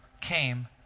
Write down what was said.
came